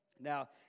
Now